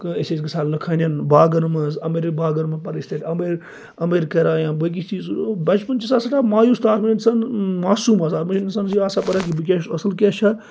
أسۍ ٲسۍ گَژھان لٕکہٕ ہنٛدٮ۪ن باغن منٛز اَمرِ باغن منٛز پَتہ ٲسۍ تَتہِ اَمبٕرۍ اَمبٕرۍ کَران یا باقٕے چیز بَچپَن چھ آسان سیٚٹھاہ مایوس تہٕ اَتھ منٛز اِنسان ماسوم حظ اَتھ منٛز چھ اِنسان بہٕ کیاہ چھُس اَصٕل کیاہ چھا تہٕ